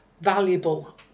valuable